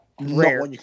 rare